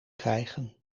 krijgen